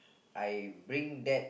I bring that